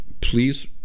please